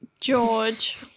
George